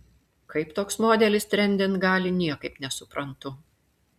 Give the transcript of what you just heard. kaip toks modelis trendint gali niekaip nesuprantu